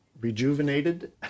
rejuvenated